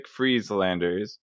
Frieslanders